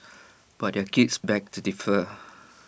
but their kids beg to differ